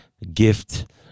gift